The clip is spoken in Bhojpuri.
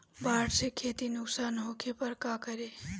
बाढ़ से खेती नुकसान होखे पर का करे?